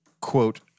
quote